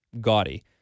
gaudy